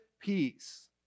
peace